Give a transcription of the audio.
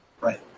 Right